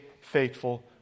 faithful